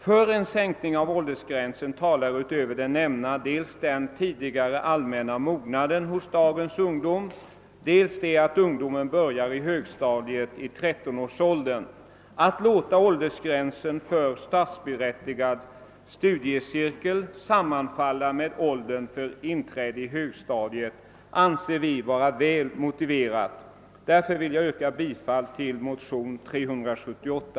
För en sänkning av åldersgränsen talar utöver det nämnda dels den tidigare allmänna mognaden hos dagens ungdom, dels det faktum att ungdomarna börjar i högstadiet i 13-årsåldern. Att låta åldersgränsen för statsbidragsberättigad studiecirkel sammanfalla med åldern för inträde på högstadiet anser vi vara väl motiverat. Därför vill jag yrka bifall till motion II: 378.